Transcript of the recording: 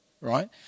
Right